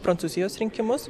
prancūzijos rinkimus